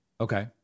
Okay